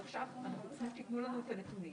אנחנו נעשה את העבודה, מה שצריך, בשמחה,